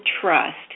trust